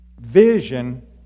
Vision